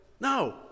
no